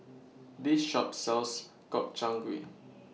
This Shop sells Gobchang Gui